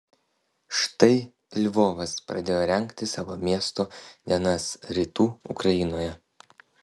štai lvovas pradėjo rengti savo miesto dienas rytų ukrainoje